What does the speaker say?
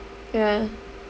ya